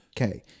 Okay